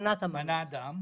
הכנת המנות -- מנת דם.